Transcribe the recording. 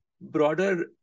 broader